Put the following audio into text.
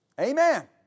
Amen